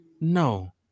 no